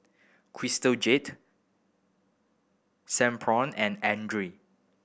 Crystal Jade Sephora and Andre